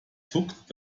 zuckt